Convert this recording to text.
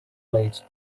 leads